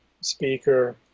speaker